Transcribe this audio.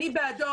אני בעדו.